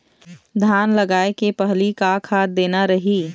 धान लगाय के पहली का खाद देना रही?